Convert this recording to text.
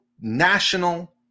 national